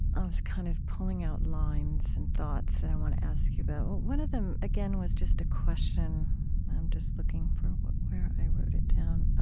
i was kind of pulling out lines and thoughts that i want to ask you about. one of them, again, was just a question i'm just looking for where i wrote it down.